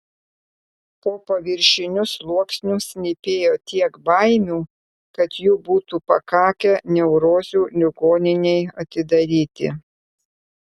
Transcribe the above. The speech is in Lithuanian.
po paviršiniu sluoksniu slypėjo tiek baimių kad jų būtų pakakę neurozių ligoninei atidaryti